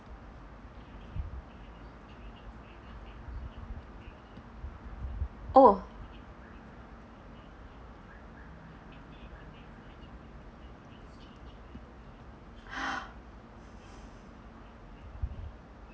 oh